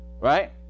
right